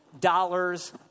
dollars